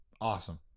Awesome